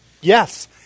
Yes